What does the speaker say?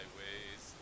ways